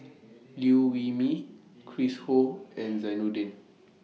Liew Wee Mee Chris Ho and Zainudin